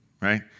right